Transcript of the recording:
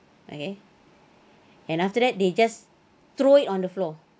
okay and after that they just throw it on the floor ah